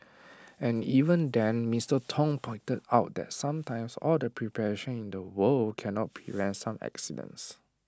and even then Mister Tong pointed out that sometimes all the preparation in the world cannot prevent some accidents